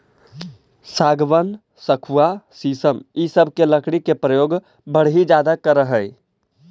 सागवान, सखुआ शीशम इ सब के लकड़ी के प्रयोग बढ़ई ज्यादा करऽ हई